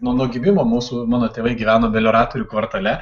nuo nuo gimimo mūsų mano tėvai gyveno melioratorių kvartale